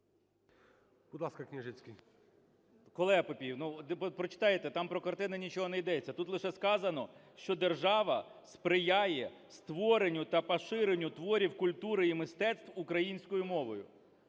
КНЯЖИЦЬКИЙ М.Л. Колега Папієв, прочитаєте, там про картини нічого не йдеться, тут лише сказано, що держава сприяє створенню та поширенню творів культури і мистецтв українською мовою.